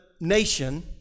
nation